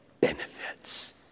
benefits